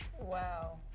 Wow